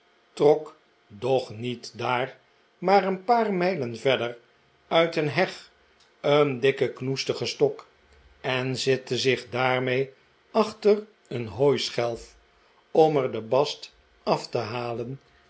doch niet daar maar een paar mijlen verder uit een heg een dikken khoestigen stok en zette zich daarmee achter een hooischelf om er den bast af te halen